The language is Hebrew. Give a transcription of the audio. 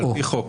זה על פי חוק.